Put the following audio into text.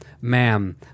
ma'am